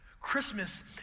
Christmas